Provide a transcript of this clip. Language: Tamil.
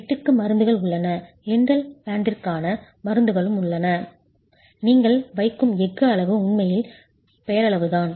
வெட்டுக்கு மருந்துகள் உள்ளன லிண்டல் பேண்டிற்கான மருந்துகளும் உள்ளன நீங்கள் வைக்கும் எஃகு அளவு உண்மையில் பெயரளவுதான்